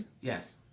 Yes